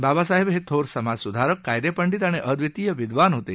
बाबासाहेब हे थोर समाजसुधारक कायदेपंडित आणि अद्वितीय विद्वान होते